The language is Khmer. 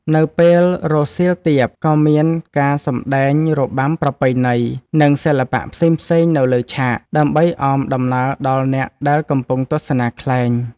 នៅពេលរសៀលទាប ក៏មានការសម្ដែងរបាំប្រពៃណី និងសិល្បៈផ្សេងៗនៅលើឆាក ដើម្បីអមដំណើរដល់អ្នកដែលកំពុងទស្សនាខ្លែង។